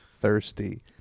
thirsty